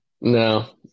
No